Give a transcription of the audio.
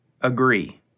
agree